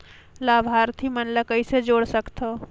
लाभार्थी मन ल कइसे जोड़ सकथव?